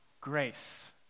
Grace